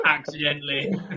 Accidentally